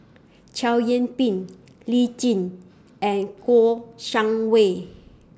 Chow Yian Ping Lee Tjin and Kouo Shang Wei